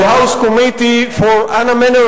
House Committee on Un-American